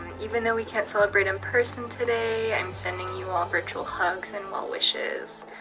even though we can't celebrate in person today, i'm sending you all virtual hugs and well wishes.